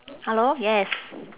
hello yes